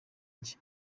njye